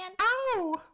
Ow